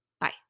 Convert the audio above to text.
Bye